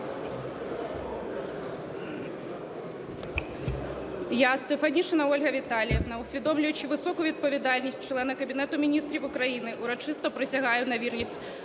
Я, Стефанішина Ольга Віталіївна, усвідомлюючи високу відповідальність члена Кабінету Міністрів України, урочисто присягаю на вірність